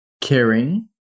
caring